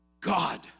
God